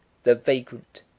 the vagrant,